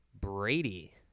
Brady